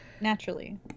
naturally